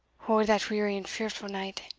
o that weary and fearfu' night!